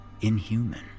inhuman